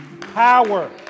power